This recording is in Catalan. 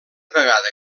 vegada